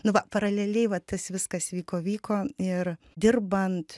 nu va paraleliai va tas viskas vyko vyko ir dirbant